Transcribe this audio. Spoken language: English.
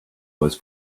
was